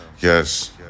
Yes